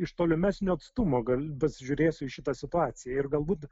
iš tolimesnio atstumo gal pasižiūrėsiu į šitą situaciją ir galbūt